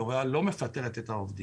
אבל היא לא מפטרת את העובדים.